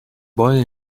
boy